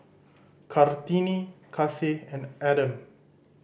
Kartini Kasih and Adam